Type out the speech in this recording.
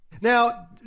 Now